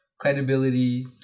credibility